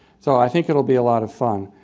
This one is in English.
so i think it will be a lot of fun.